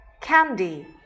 candy